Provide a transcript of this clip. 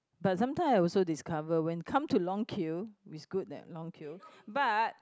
but sometime I also discover when come to long quite it's good that long queue but